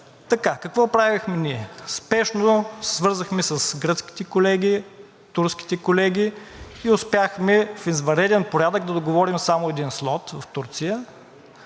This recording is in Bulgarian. Какво правехме ние? Спешно се свързахме с гръцките колеги, турските колеги и успяхме в извънреден порядък да договорим само един слот в Турция